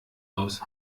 aus